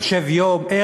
יושב באולפן ערוץ 2,